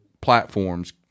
platforms